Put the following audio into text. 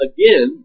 Again